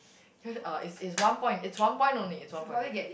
uh is is one point it's one point only it's one point only